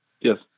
Yes